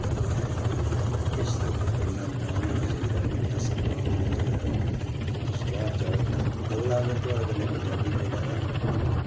ऐ इसदा किन्ना मान होना चाहिदा किन्ना सम्मान होना चाहिदा तुस बाह्र जाओ अगला अगर थोआड़े कन्नै पंजाबी बोल्ला दा